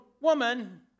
woman